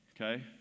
okay